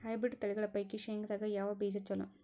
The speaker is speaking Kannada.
ಹೈಬ್ರಿಡ್ ತಳಿಗಳ ಪೈಕಿ ಶೇಂಗದಾಗ ಯಾವ ಬೀಜ ಚಲೋ?